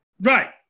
Right